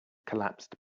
collapsed